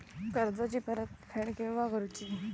कर्जाची परत फेड केव्हा करुची?